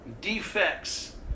Defects